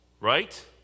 Right